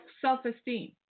self-esteem